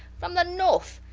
from the north!